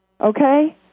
Okay